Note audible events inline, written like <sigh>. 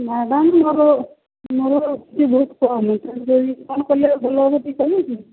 madam ମୋର ମୋର <unintelligible> ବହୁତ କମ ସେଥିପାଇଁ ଯଦି କଣ କରିଲେ ଭଲ ହେବ ଟିକେ କହିବେ କି